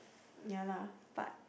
ya lah but